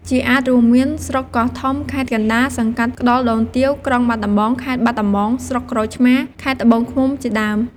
ជាអាទិ៍រួមមាន ស្រុកកោះធំ ខេត្តកណ្តាល សង្កាត់ក្តុលដូនទាវ ក្រុងបាត់ដំបង (ខេត្តបាត់ដំបង) ស្រុកក្រូចឆ្មារ ខេត្តត្បូងឃ្មុំ ជាដើម។